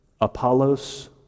Apollos